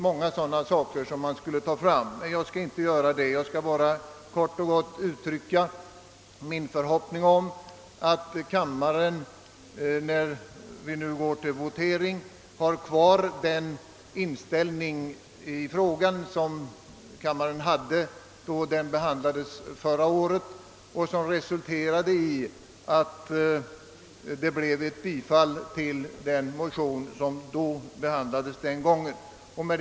Jag vill i stället kort och gott uttrycka min förhoppning om att kammarens ledamöter, när vi nu går till votering, har kvar samma inställning i frågan som förra året, vilken resulterade i ett bifall till de motioner som då behandlades. Herr talman!